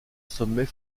sommet